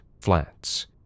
Flats